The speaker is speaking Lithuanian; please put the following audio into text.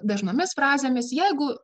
dažnomis frazėmis jeigu